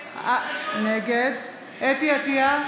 נגד חוה אתי עטייה,